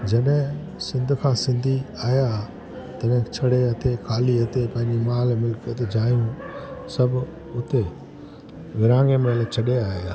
जॾहिं सिंध खां सिंधी आहियां तॾहिं छॾे हथे ख़ाली हथे पंहिंजी महिल मुल्क जायूं सभु उते विरिहाङे महिल छॾे आहियां